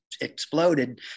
exploded